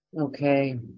Okay